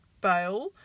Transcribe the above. bail